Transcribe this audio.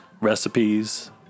recipes